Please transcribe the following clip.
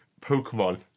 Pokemon